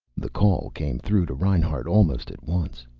the call came through to reinhart almost at once.